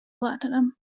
platinum